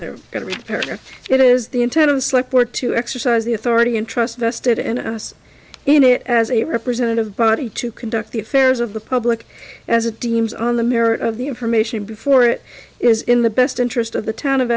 they are going to repair it is the intent of the slip or to exercise the authority and trust vested in us in it as a representative body to conduct the affairs of the public as a deems on the merit of the information before it is in the best interest of the town of